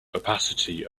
opacity